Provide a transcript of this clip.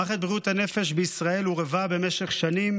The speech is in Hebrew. מערכת בריאות הנפש בישראל הורעבה במשך שנים.